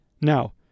Now